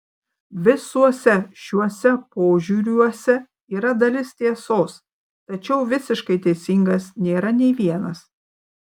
visuose šiuose požiūriuose yra dalis tiesos tačiau visiškai teisingas nėra nei vienas